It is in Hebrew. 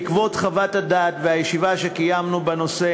בעקבות חוות הדעת והישיבה שקיימנו בנושא